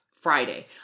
Friday